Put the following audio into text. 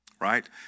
Right